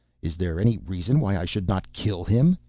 is there any reason why i should not kill him.